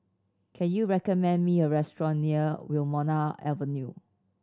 can you recommend me a restaurant near Wilmonar Avenue